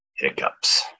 hiccups